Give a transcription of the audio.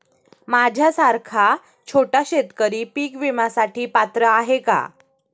माझ्यासारखा छोटा शेतकरी पीक विम्यासाठी पात्र आहे का?